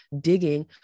digging